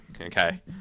Okay